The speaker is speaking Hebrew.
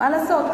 מה לעשות,